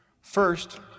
First